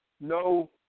no